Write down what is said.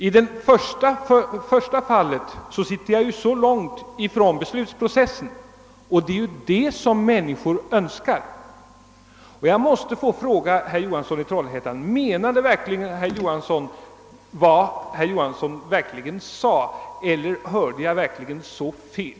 I de första fallen befinner man sig långt från beslutsprocessen, och det är ändock den människor önskar deltaga i. Därför måste jag fråga om herr Johansson i Trollhättan verkligen menade detta, eller hörde jag möjligen fel?